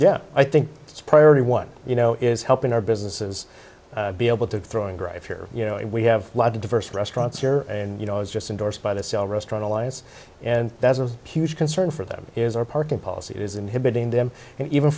yeah i think it's priority one you know is helping our businesses be able to throw and drive here you know we have a lot of diverse restaurants here and you know it's just endorsed by the cell restaurant alliance and that's a huge concern for them is our parking policy is inhibiting them and even